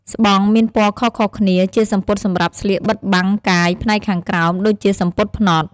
ស្បង់មានពណ៌ខុសៗគ្នា ជាសំពត់សម្រាប់ស្លៀកបាំងបិទកាយផ្នែកខាងក្រោម ដូចជាសំពត់ផ្នត់។